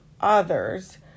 others